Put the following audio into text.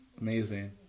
Amazing